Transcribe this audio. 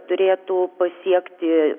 turėtų pasiekti